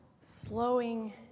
slowing